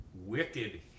wicked